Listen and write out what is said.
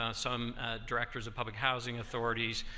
um some directors of public housing authorities.